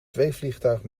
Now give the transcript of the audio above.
zweefvliegtuig